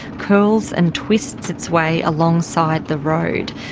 curls and twists its way alongside the road,